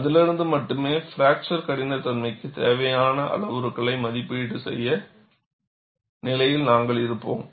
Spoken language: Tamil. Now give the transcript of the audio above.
அதிலிருந்து மட்டுமே பிராக்சர் கடினத்தன்மைக்குத் தேவையான அளவுருக்களை மதிப்பீடு செய்யும் நிலையில் நாங்கள் இருப்போம்